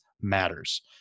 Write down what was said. matters